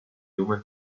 human